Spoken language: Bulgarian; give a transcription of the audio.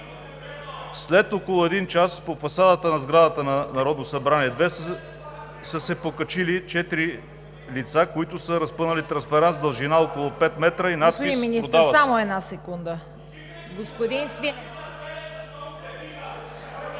След около един час по фасадата на сградата на Народно събрание 2, са се покачили четири лица, които са разпънали транспарант с дължина около 5 м и надпис „Продава се!“.